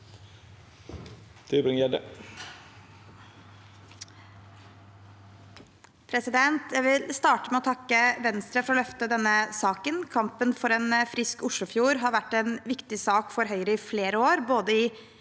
Jeg vil starte med å takke Venstre for å løfte denne saken. Kampen for en frisk oslofjord har vært en viktig sak for Høyre i flere år, både i